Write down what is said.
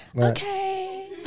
Okay